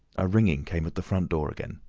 a ringing came at the front door again.